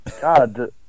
God